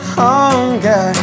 hunger